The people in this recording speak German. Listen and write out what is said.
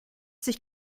sich